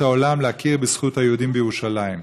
העולם להכיר בזכות היהודים בירושלים.